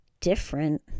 different